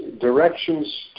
directions